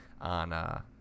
on